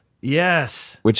Yes